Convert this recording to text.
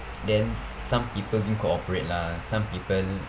then s~ some people didn't cooperate lah some people